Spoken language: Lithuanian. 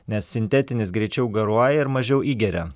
nes sintetinis greičiau garuoja ir mažiau įgeria